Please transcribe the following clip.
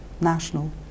national